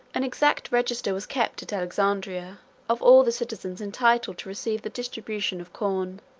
an exact register was kept at alexandria of all the citizens entitled to receive the distribution of corn.